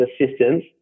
assistance